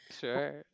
Sure